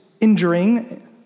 injuring